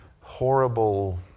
horrible